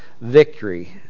Victory